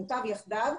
'מוטב יחדיו',